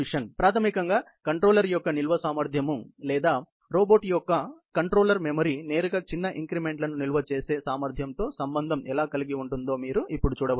కాబట్టి ప్రాథమికంగా కంట్రోలర్ యొక్క నిల్వ సామర్థ్యము లేదా రోబోట్ యొక్క కంట్రోల్ మెమరీ నేరుగా చిన్న ఇంక్రిమెంట్లను నిల్వ చేసే సామర్థ్యాము తో సంబంధం ఎలా కలిగి ఉంటుందో మీరు ఇప్పుడు చూడవచ్చు